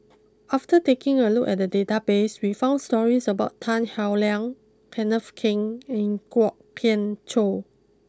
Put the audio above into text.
after taking a look at the databases we found stories about Tan Howe Liang Kenneth Keng and Kwok Kian Chow